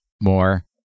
more